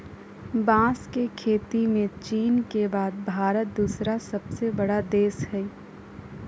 बांस के खेती में चीन के बाद भारत दूसरा सबसे बड़ा देश हइ